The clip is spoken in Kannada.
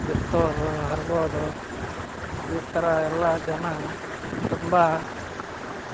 ಬಿತ್ತೋದು ಹರ್ಗೋದು ಈ ಥರ ಎಲ್ಲ ಜನ ತುಂಬ